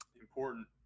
Important